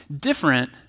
different